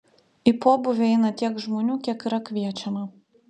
į pobūvį eina tiek žmonių kiek yra kviečiama